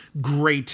great